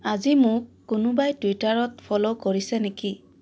আজি মোক কোনোবাই টুইটাৰত ফল' কৰিছে নেকি